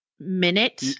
Minute